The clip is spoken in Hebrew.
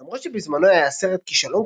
למרות שבזמנו היה הסרט כישלון קופתי,